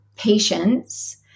Patience